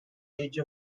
age